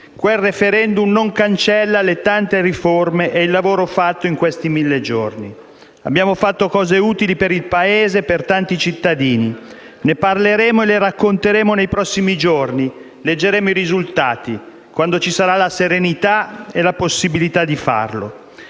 quel *referendum* non cancella le tante riforme e il lavoro fatto in questi mille giorni. Abbiamo fatto cose utili per il Paese e per tanti cittadini; ne parleremo e le racconteremo nei prossimi giorni, leggeremo i risultati quando ci sarà la serenità e la possibilità di farlo.